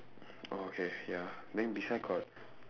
oh okay ya then beside got